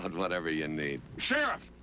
whatever you and need. sheriff,